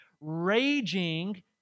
raging